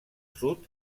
sud